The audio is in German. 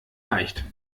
leicht